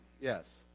Yes